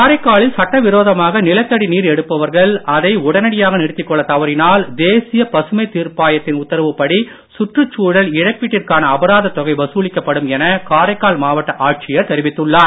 காரைக்காலில் சட்ட விரோதமாக நிலத்தடி நீர் எடுப்பவர்கள் அதை உடனடியாக நிறுத்திக் கொள்ளத் தவறினால் தேசிய பசுமைத் தீர்ப்பாயத்தின் உத்தரவுப்படி சுற்றுச்சூழல் இழப்பீட்டிற்கான அபராதத் தொகை வசூலிக்கப்படும் என காரைக்கால் மாவட்ட ஆட்சியர் தெரிவித்துள்ளார்